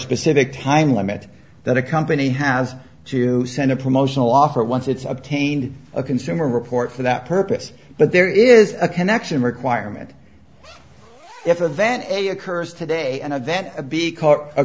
specific time limit that a company has to send a promotional offer once it's obtained a consumer report for that purpose but there is a connection requirement if event a occurs today and event b caught